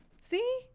See